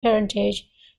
parentage